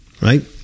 right